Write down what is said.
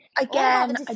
Again